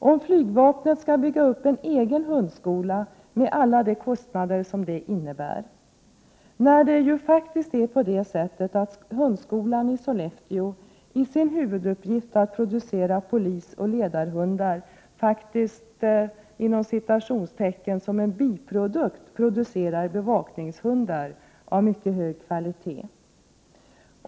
Skall flygvapnet bygga upp en egen hundskola med alla de kostnader det medför, när hundskolan i Sollefteå förutom sin huvuduppgift att producera polisoch ledarhundar faktiskt ”som en biprodukt” producerar bevakningshundar av mycket hög kvalitet?